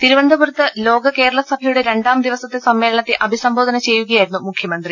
തിരുവനന്തപുരത്ത് ലോക കേരളസഭയുടെ രണ്ടാം ദിവസത്തെ സമ്മേളനത്തെ അഭിസംബോ ധന ചെയ്യുകയായിരുന്നു മുഖ്യമന്ത്രി